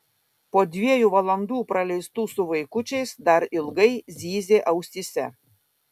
po dviejų valandų praleistų su vaikučiais dar ilgai zyzė ausyse